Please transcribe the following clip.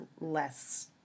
less